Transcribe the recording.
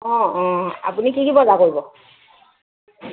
অঁ অঁ আপুনি কি কি বজাৰ কৰিব